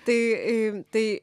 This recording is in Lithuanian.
tai tai